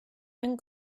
and